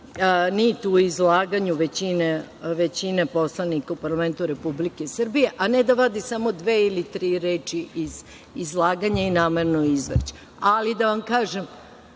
nit u izlaganju većine poslanika u parlamentu Republike Srbije, a ne da vadi samo dve ili tri reči iz izlaganja i namerno izvrće. Da vam kažem,